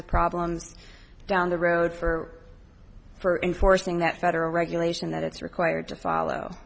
of problems down the road for for enforcing that federal regulation that it's required to follow